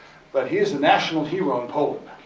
but he's a national hero in poland,